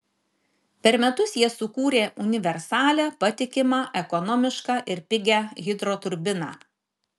per metus jie sukūrė universalią patikimą ekonomišką ir pigią hidroturbiną